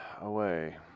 away